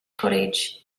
college